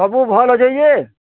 ସବୁ ଭଲ୍ ଅଛେ ଯେ